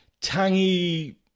tangy